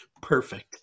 Perfect